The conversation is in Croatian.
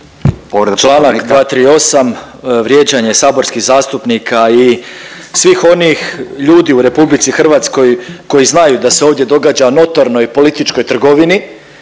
Čl. 238., vrijeđanje saborskih zastupnika i svih onih ljudi u RH koji znaju da se ovdje događa o notornoj političkoj trgovini,